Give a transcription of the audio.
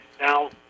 now